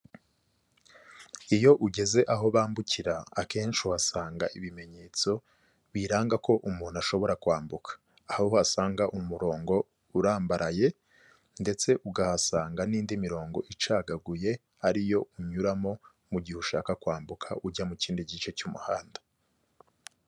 Iyo ugeze aho bambukira akenshi uhasanga ibimenyetso biranga ko umuntu ashobora kwambuka, aho wasanga umurongo urambaraye ndetse ukahasanga n'indi mi mirongo icagaguye ari yo unyuramo mu gihe ushaka kwambuka ujya mu kindi gice cy'umuhanda.